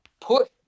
put